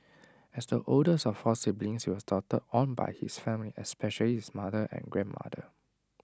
as the oldest of four siblings he was doted on by his family especially his mother and grandmother